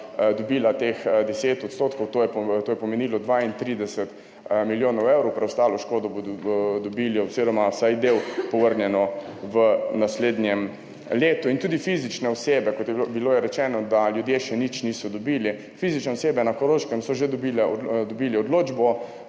dobila teh 10 %, to je pomenilo 32 milijonov evrov, preostalo škodo bodo dobili, oziroma vsaj del, povrnjeno v naslednjem letu. Tudi fizične osebe, kot je bilo rečeno, da ljudje še nič niso dobili, fizične osebe na Koroškem so že dobile odločbo